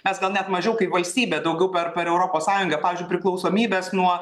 mes gal net mažiau kaip valstybė daugiau per per europos sąjungą pavyzdžiui priklausomybės nuo